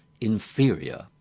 inferior